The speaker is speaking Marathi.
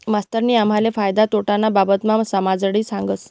मास्तरनी आम्हले फायदा तोटाना बाबतमा समजाडी सांगं